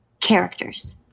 Characters